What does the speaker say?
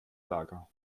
lager